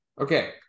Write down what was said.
Okay